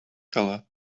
color